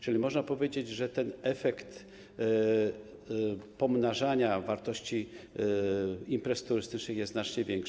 Czyli można powiedzieć, że ten efekt pomnażania wartości imprez turystycznych jest znacznie większy.